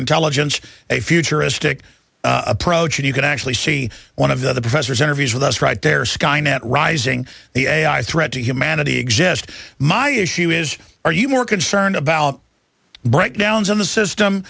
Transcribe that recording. intelligence a futuristic approach and you could actually see one of the professor's interviews with us right there skynet rising the ai threat to humanity exist my issue is are you more concerned about breakdowns in the system